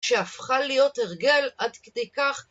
שהפכה להיות הרגל עד כדי כך